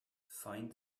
find